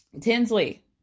Tinsley